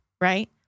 right